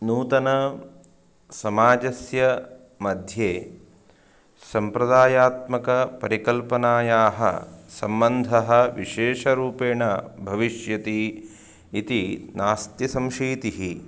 नूतन समाजस्य मध्ये सम्प्रदायात्मक परिकल्पनायाः सम्बन्धः विशेषरूपेण भविष्यति इति नास्ति संशीतिः